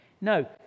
No